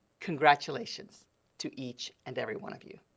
congratulations to each and every one of you.